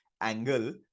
angle